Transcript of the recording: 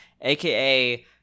aka